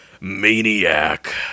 Maniac